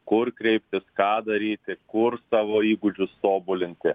kur kreiptis ką daryti kur savo įgūdžius tobulinti